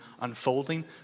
unfolding